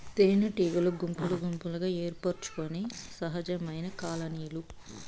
తేనెటీగలు గుంపులు గుంపులుగా ఏర్పరచుకొనే సహజమైన కాలనీలు